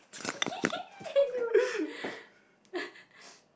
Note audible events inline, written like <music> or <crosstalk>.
<laughs> hate you <laughs>